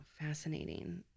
fascinating